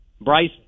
Bryce